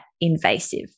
invasive